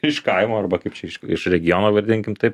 iš kaimo arba kaip čia iš regiono vadinkim taip